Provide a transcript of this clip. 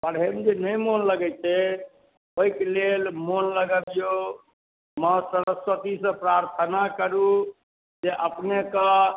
पढ़ै मे जे नहि मोन लगै छै ओहि के लेल मोन लगबियौ माँ सरस्वती सँ प्रार्थना करू जे अपने के